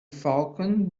falcon